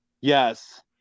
Yes